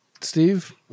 Steve